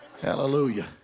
Hallelujah